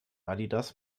adidas